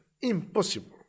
Impossible